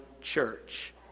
church